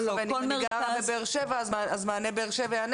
אם אני גרה בבאר-שבע אז המענה יהיה ממרכז באר-שבע?